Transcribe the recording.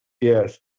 Yes